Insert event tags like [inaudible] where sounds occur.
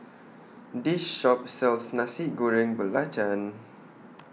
[noise] This Shop sells Nasi Goreng Belacan [noise]